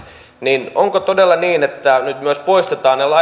niin onko todella niin että nyt myös poistetaan ne